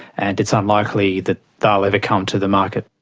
and it's unlikely that they'll ever come to the market.